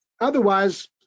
Otherwise